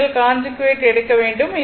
உண்மையில் கான்ஜுகேட் எடுக்க வேண்டும்